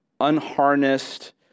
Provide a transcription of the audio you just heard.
unharnessed